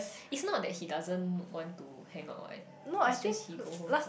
it's not that he doesn't want to hang out what it's just he go home club